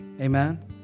Amen